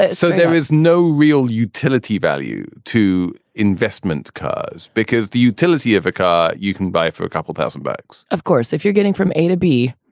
ah so there is no real utility value to investment cars because the utility of a car you can buy for a couple thousand bucks of course, if you're getting from a to b.